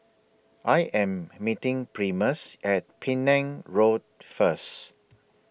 I Am meeting Primus At Penang Road First